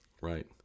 Right